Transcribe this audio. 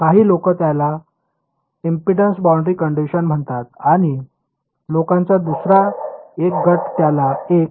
काही लोक त्याला इम्पेडन्स बाऊंड्री कंडीशन म्हणतात आणि लोकांचा दुसरा गट त्याला एक